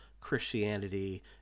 Christianity